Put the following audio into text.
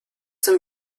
some